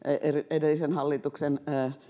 edellisen hallituksen